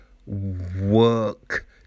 Work